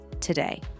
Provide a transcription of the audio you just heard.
today